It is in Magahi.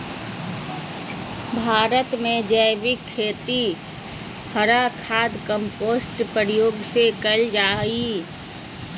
भारत में जैविक खेती हरा खाद, कंपोस्ट के प्रयोग से कैल जा हई